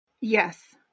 Yes